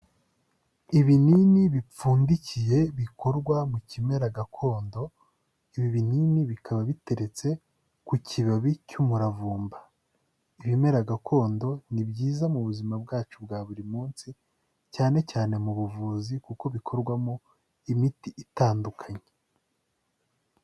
Ibinini bipfundikiye bikorwa mu kimera gakondo, ibi binini bikaba biteretse ku kibabi cy'umuravumba. Ibimera gakondo ni byiza mu buzima bwacu bwa buri munsi cyane cyane mu buvuzi kuko bikorwamo imiti itandukanye.